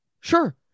Sure